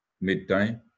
midday